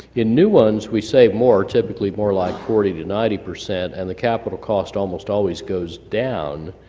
in new ones we save more, typically more like forty to ninety percent, and the capital cost almost always goes down